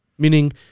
Meaning